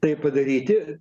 tai padaryti